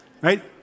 right